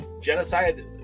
Genocide